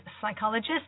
psychologist